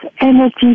energy